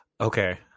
Okay